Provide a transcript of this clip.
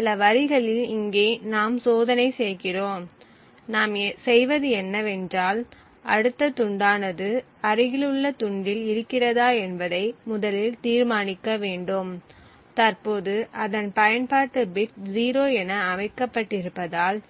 இந்த சில வரிகளில் இங்கே நாம் சோதனை செய்கிறோம் நாம் செய்வது என்னவென்றால் அடுத்த துண்டானது அருகிலுள்ள துண்டில் இருக்கிறதா என்பதை முதலில் தீர்மானிக்க வேண்டும் தற்போது அதன் பயன்பாட்டு பிட் 0 என அமைக்கப்பட்டிருந்தால்